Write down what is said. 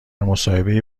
مصاحبهای